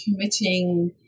committing